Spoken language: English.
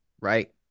right